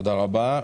תודה רבה.